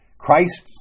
Christ